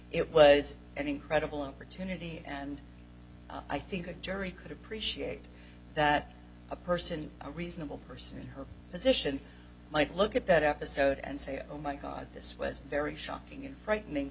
it was an incredible opportunity and i think a jury could appreciate that a person a reasonable person in her position might look at that episode and say oh my god this was very shocking and frightening